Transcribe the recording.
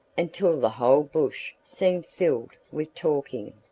until the whole bush seemed filled with talking.